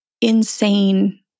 insane